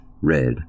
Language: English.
red